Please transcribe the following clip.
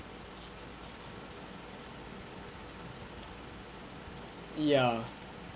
ya